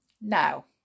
now